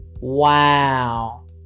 wow